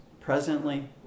presently